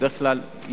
בדרך כלל יש